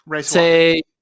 Say